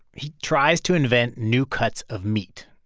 he tries to invent new cuts of meat,